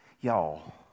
Y'all